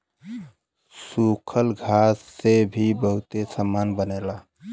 सूखल घास से भी बहुते सामान बनेला